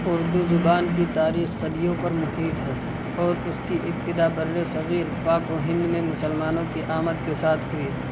اردو زبان کی تاریخ صدیوں پر محیط ہے اور اس کی ابتدا برصغیر پاک و ہند میں مسلمانوں کی آمد کے ساتھ ہوئی